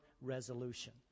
resolution